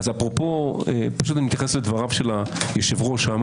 בואו לא נשכח שאותו יצור דב ליאור הוא הרב של שני שרים.